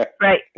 Right